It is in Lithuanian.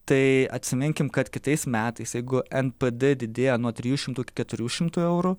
tai atsiminkim kad kitais metais jeigu npd didėja nuo trijų šimtų keturių šimtų eurų